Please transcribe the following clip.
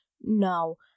no